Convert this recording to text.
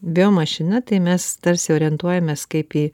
vėl mašina tai mes tarsi orientuojamės kaip į